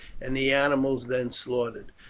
and the animals then slaughtered.